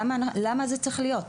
למה זה צריך להיות?